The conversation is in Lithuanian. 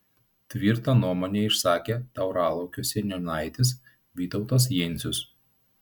tvirtą nuomonę išsakė tauralaukio seniūnaitis vytautas jencius